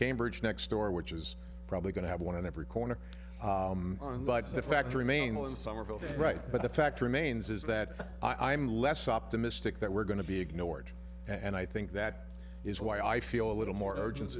cambridge next door which is probably going to have one in every corner and like the factory meynell in somerville to the right but the fact remains is that i am less optimistic that we're going to be ignored and i think that is why i feel a little more urgen